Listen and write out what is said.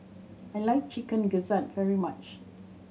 I like Chicken Gizzard very much